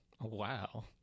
wow